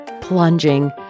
plunging